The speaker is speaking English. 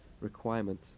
requirement